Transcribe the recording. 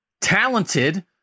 talented